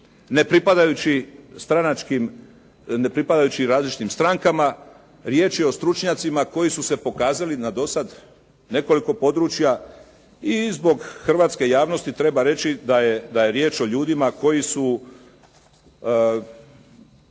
ne pripadajući različitim strankama. Riječ je o stručnjacima koji su se pokazali na do sada nekoliko područja i iz zbog hrvatske javnosti treba reći da je riječ o ljudima koji su